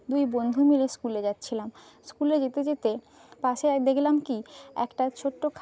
দুই বন্ধু মিলে স্কুলে যাচ্ছিলাম স্কুলে যেতে যেতে পাশে এক দেখলাম কী একটা ছোট্টো